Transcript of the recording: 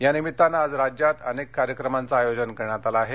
यानिमित्तानं आज राज्यात अनेक कार्यक्रमांचं आयोजन करण्यात आलं आहे